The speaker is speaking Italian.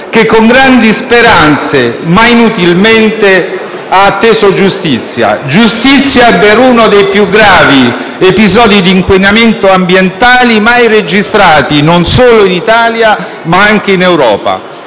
che con grandi speranze ma inutilmente ha atteso giustizia per uno dei più gravi episodi di inquinamento ambientali mai registrati non solo in Italia ma anche in Europa.